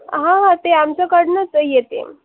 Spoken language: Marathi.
हां हां ते आमच्याकडूनच येते